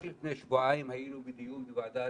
רק לפני שבועיים היינו בדיון בוועדה